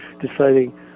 deciding